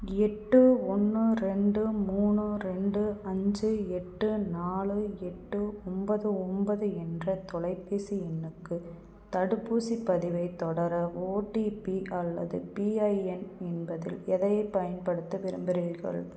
எட்டு ஒன்று ரெண்டு மூணு ரெண்டு அஞ்சு எட்டு நாலு எட்டு ஒம்பது ஒம்பது என்ற தொலைபேசி எண்ணுக்கு தடுப்பூசிப் பதிவைத் தொடர ஓடிபி அல்லது பிஐஎன் என்பதில் எதைப் பயன்படுத்த விரும்புறீர்கள்